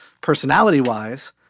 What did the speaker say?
personality-wise